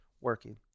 working